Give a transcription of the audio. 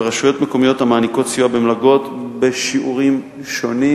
ורשויות מקומיות המעניקות סיוע במלגות בשיעורים שונים.